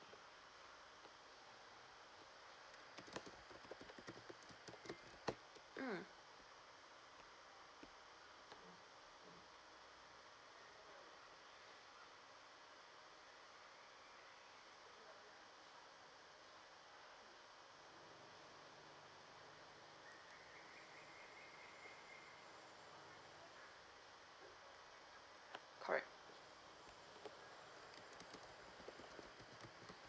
mm correct